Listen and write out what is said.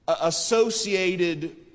associated